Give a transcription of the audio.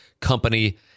company